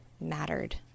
mattered